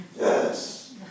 yes